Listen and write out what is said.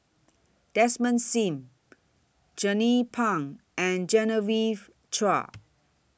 Desmond SIM Jernnine Pang and Genevieve Chua